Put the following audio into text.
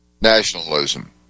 nationalism